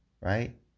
right